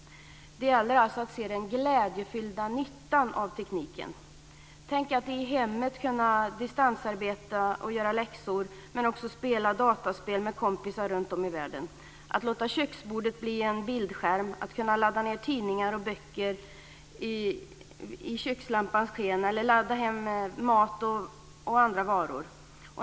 Det gäller att se den glädjefyllda nyttan av tekniken. Tänk att kunna distansarbeta i hemmet och göra läxor men också spela dataspel med kompisar runtom i världen. Tänk att låta köksbordet bli en bildskärm, att ladda ned tidningar och böcker i kökslampans sken eller ladda hem mat och andra varor.